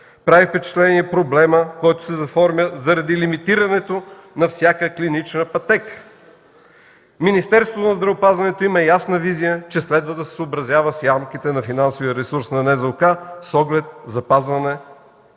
прави впечатление и проблемът, който се заформя заради лимитирането на всяка клинична пътека. Министерството на здравеопазването има ясна визия, че следва да се съобразява с ямките на финансовия ресурс на НЗОК с оглед запазване